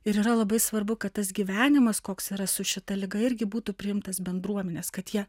ir yra labai svarbu kad tas gyvenimas koks yra su šita liga irgi būtų priimtas bendruomenės kad jie